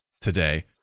today